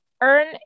earn